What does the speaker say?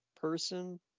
person